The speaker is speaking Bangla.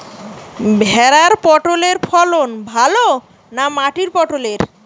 ভেরার পটলের ফলন ভালো না মাটির পটলের?